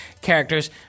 characters